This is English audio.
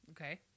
Okay